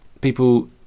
people